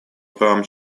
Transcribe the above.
правам